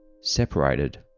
separated